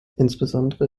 insbesondere